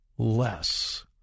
less